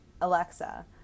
Alexa